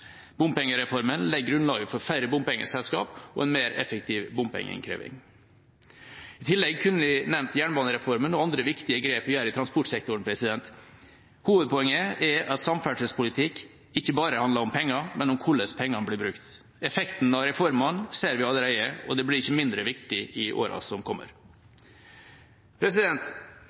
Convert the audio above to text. Bompengereformen legger grunnlaget for færre bompengeselskaper og en mer effektiv bompengeinnkreving. I tillegg kunne jeg nevnt jernbanereformen og andre viktige grep vi gjør i transportsektoren. Hovedpoenget er at samferdselspolitikk ikke bare handler om penger, men om hvordan pengene blir brukt. Effektene av reformene ser vi allerede, og det blir ikke mindre viktig i årene som kommer.